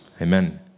Amen